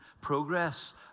progress